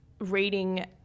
reading